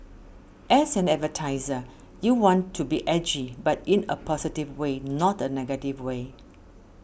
as an advertiser you want to be edgy but in a positive way not a negative way